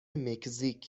مکزیک